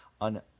on